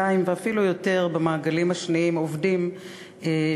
שעה), התשע"ה 2015, אושרה כנדרש בשלוש קריאות.